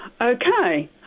Okay